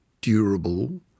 durable